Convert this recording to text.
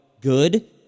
good –